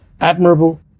admirable